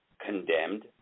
condemned